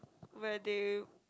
where they